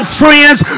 friends